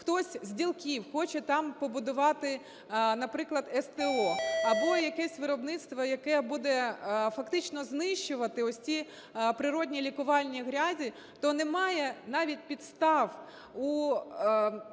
хтось з ділків хоче там побудувати, наприклад, СТО або якесь виробництво, яке буде фактично знищувати ось ці природні лікувальні грязі, то немає навіть підстав у